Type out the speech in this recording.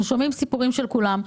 אנחנו שומעים סיפורים של כולם,